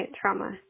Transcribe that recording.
trauma